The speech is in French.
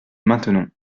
maintenons